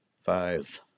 five